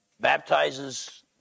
baptizes